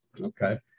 Okay